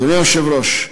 אדוני היושב-ראש,